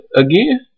again